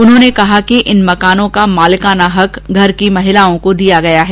उन्होंने कहा कि इन मकानो का मालिकाना हक घर की महिलाओं को दिया गया है